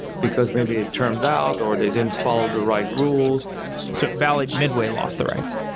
because maybe it termed out, or they didn't follow the right rules so bally midway lost the rights?